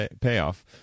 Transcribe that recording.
payoff